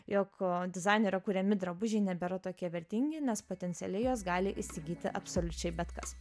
jog dizainerio kuriami drabužiai nebėra tokie vertingi nes potencialiai juos gali įsigyti absoliučiai bet kas